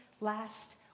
last